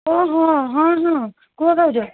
ଓହୋ ହଁ ହଁ କୁହ ଭାଉଜ